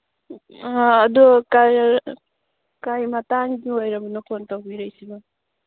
ꯑ ꯑꯗꯨ ꯀꯩ ꯃꯇꯥꯡꯒꯤ ꯑꯣꯏꯔꯕꯅꯣ ꯐꯣꯟ ꯇꯧꯕꯤꯔꯛꯏꯁꯤꯕꯣ